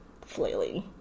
flailing